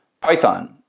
Python